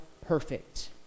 perfect